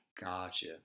Gotcha